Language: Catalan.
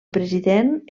president